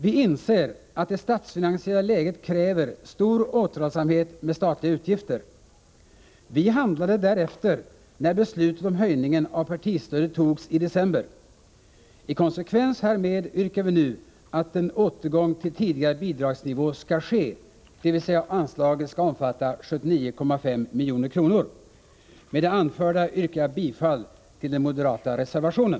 Vi inser att det statsfinansiella läget kräver stor återhållsamhet med statliga utgifter. Vi handlade därefter när beslutet om höjningen av partistödet togs i december. I konsekvens härmed yrkar vi nu att en återgång till tidigare bidragsnivå skall ske, dvs. anslaget skall omfatta 79,5 milj.kr. Med det anförda yrkar jag bifall till den moderata reservationen.